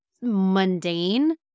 mundane